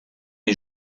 les